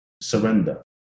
surrender